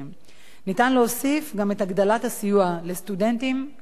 ניתן להוסיף גם את הגדלת הסיוע לסטודנטים המשרתים